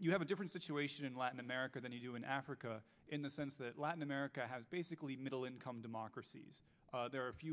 you have a different situation in latin america than you do in africa in the sense that latin america has basically middle income democracies there are a few